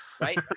right